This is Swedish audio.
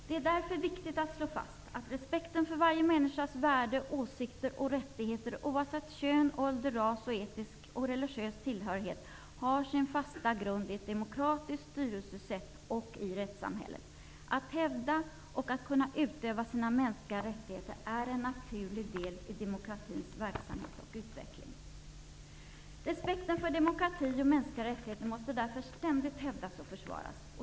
Det är därför viktigt att slå fast att respekten för varje människas värde, åsikter och rättigheter har sin fasta grund i ett demokratiskt styrelsesätt och i rättssamhället oavsett kön, ålder, ras, etnisk och religiös tillhörighet. Att hävda och kunna utöva sina mänskliga rättigheter är en naturlig del i demokratins verksamhet och utveckling. Respekten för demokrati och mänskliga rättigheter måste därför ständigt hävdas och försvaras.